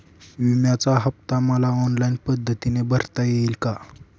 विम्याचा हफ्ता मला ऑनलाईन पद्धतीने भरता येईल का?